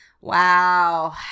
wow